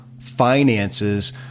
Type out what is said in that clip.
finances